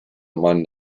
among